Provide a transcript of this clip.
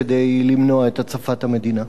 כדי למנוע את הצפת המדינה.